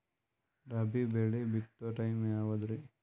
ರಾಬಿ ಬೆಳಿ ಬಿತ್ತೋ ಟೈಮ್ ಯಾವದ್ರಿ?